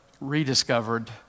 rediscovered